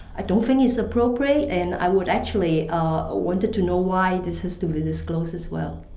i don't think is appropriate and i would actually ah wanted to know why this has to be disclosed as well.